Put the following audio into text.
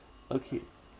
okay